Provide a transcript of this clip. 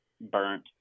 burnt